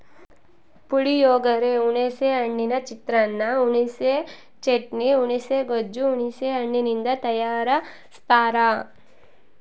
ಪುಳಿಯೋಗರೆ, ಹುಣಿಸೆ ಹಣ್ಣಿನ ಚಿತ್ರಾನ್ನ, ಹುಣಿಸೆ ಚಟ್ನಿ, ಹುಣುಸೆ ಗೊಜ್ಜು ಹುಣಸೆ ಹಣ್ಣಿನಿಂದ ತಯಾರಸ್ತಾರ